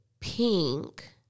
pink